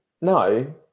No